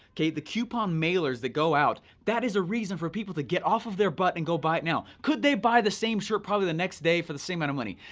kay? the coupon mailers that go out, that is a reason for people to get off of their butt and go buy it now. could they buy the same shirt probably the next day for the same amount of money?